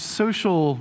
social